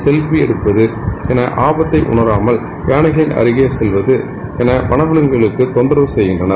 selfie எடுப்பது அபத்தை உணராமல் யானைகள் அருகே செல்வது என வன விலங்குகளுக்கு தொந்தரவு செய்கின்றனர்